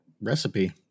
recipe